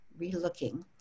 relooking